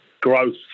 growth